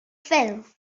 ffilm